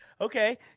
Okay